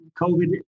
COVID